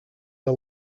are